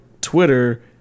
Twitter